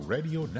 Radio